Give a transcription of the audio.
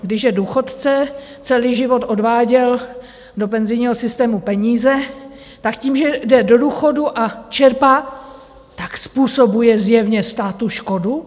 Když je důchodce celý život odváděl do penzijního systému peníze, tak tím, že jde do důchodu a čerpá, způsobuje zjevně státu škodu?